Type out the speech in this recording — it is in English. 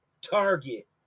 Target